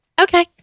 Okay